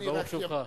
ברוך שובך.